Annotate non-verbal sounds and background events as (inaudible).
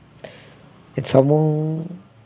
(breath) it some more